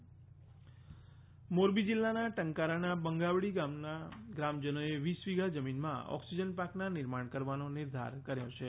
Morbi oxygen park Morbi જિલ્લાના ટંકારાના બંગાવડીના ગ્રામજનોએ વીસ વિધા જમીનમાં ઓક્સીજન પાર્કના નિર્માણ કરવાનો નિર્ધાર કર્યો છે